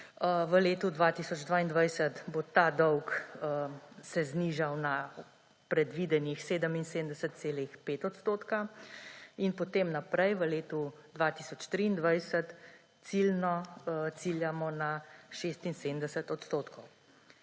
v letu 2022 se bo ta dolg znižal na predvidenih 77,5 odstotka in potem naprej v letu 2023 ciljno ciljamo na 76 odstotkov.